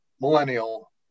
millennial